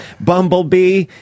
Bumblebee